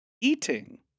eating